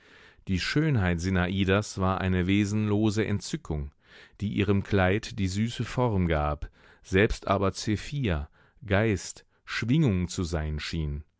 die schönheit sinadas war eine wesenlose entzückung die ihrem kleid die süße form gab selbst aber zephyr geist schwingung zu sein schien